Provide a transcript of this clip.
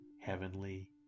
heavenly